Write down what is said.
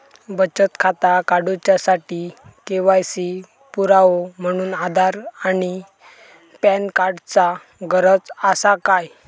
बचत खाता काडुच्या साठी के.वाय.सी पुरावो म्हणून आधार आणि पॅन कार्ड चा गरज आसा काय?